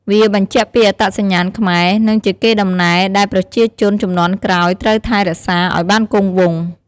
វាបញ្ជាក់ពីអត្តសញ្ញាណខ្មែរ និងជាកេរដំណែលដែលប្រជាជនជំនាន់ក្រោយត្រូវថែរក្សាឲ្យបានគង់វង្ស។